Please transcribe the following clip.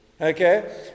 Okay